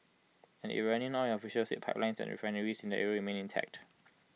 an Iranian oil official said pipelines and refineries in the area remained intact